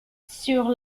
sur